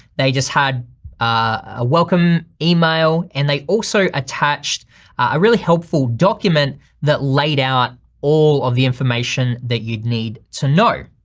they just had a welcome email and they also attached a really helpful document that laid out all of the information that you'd need to know.